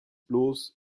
bloß